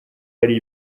ari